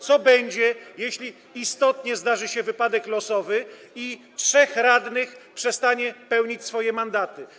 Co będzie, jeśli istotnie zdarzy się wypadek losowy i trzech radnych przestanie pełnić swoje mandaty?